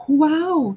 wow